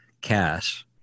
cash